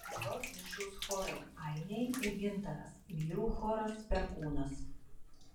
dalyvaus mišrūs chorai ainiai ir gintaras vyrų choras perkūnas